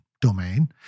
domain